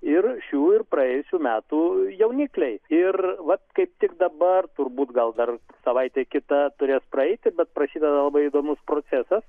ir šių ir praėjusių metų jaunikliai ir vat kaip tik dabar turbūt gal dar savaitė kita turės praeiti bet prasideda labai įdomus procesas